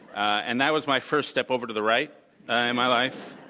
and that was my first step over to the right in my life.